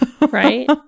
Right